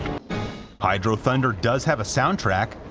hydro thunder does have a soundtrack,